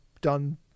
done